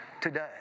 today